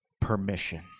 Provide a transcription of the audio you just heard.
permission